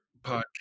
podcast